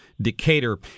Decatur